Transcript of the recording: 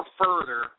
further